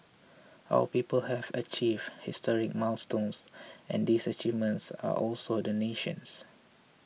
our people have achieved historic milestones and these achievements are also the nation's